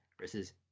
versus